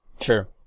Sure